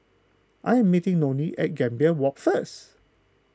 I am meeting Nonie at Gambir Walk first